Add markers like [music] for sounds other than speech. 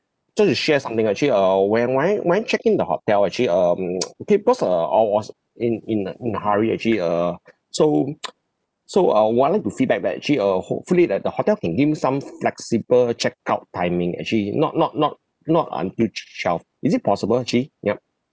just to share something ah actually uh when when I when I check in the hotel actually um [noise] okay because uh I was in in a in a hurry actually uh [breath] so [noise] so uh what I like to feedback back actually uh hopefully that the hotel can give me some flexible check-out timing actually not not not not until twelve is it possible actually ya